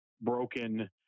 broken